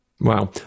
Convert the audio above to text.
Wow